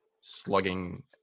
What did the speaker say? slugging